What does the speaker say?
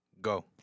go